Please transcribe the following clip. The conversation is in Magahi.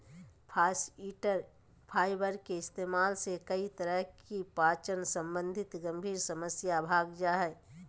फास्इटर फाइबर के इस्तेमाल से कई तरह की पाचन संबंधी गंभीर समस्या भाग जा हइ